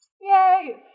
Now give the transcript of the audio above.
Yay